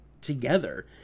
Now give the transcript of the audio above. together